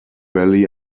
valley